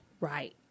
Right